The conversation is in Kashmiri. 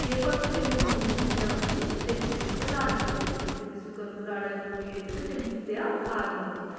ییٚلہِ پَتہٕ سُہ تٔمِس نِش گوٚمُت چھُ دیوَس نِش تٔمِس چھِ تٔمِس لَڑٕ کٔرمٕژ ییٚلہِ تٔمِس کٔرمٕژ لڑٲے ہُو یہِ تہٕ تٔمِس چھُ دیوٕ ہارنومُت